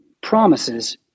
promises